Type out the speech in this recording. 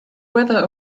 weather